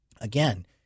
again